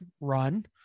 run